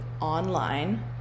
online